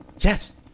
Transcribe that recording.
Yes